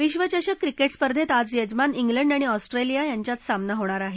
विश्वचषक क्रिकेट स्पर्धेत आज यजमान ा उलंड आणि ऑस्ट्रेलिया यांचा सामना होणार आहे